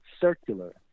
circular